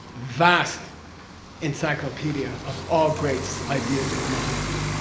vast encyclopedia of all great ideas of mahayana,